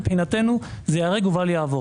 מבחינתנו זה ייהרג ובל יעבור.